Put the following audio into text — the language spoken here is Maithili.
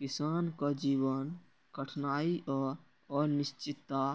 किसानक जीवन कठिनाइ आ अनिश्चितता